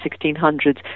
1600s